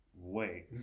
Wait